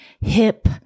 hip